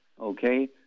okay